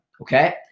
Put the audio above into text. Okay